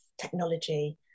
technology